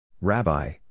Rabbi